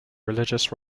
religious